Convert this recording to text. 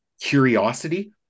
curiosity